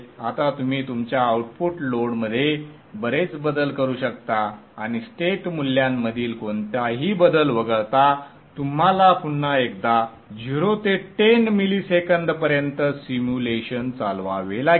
आता तुम्ही तुमच्या आउटपुट लोडमध्ये बरेच बदल करू शकता आणि स्टेट मूल्यामधील कोणताही बदल वगळता तुम्हाला पुन्हा एकदा 0 ते 10 मिलीसेकंदपर्यंत सिम्युलेशन चालवावे लागेल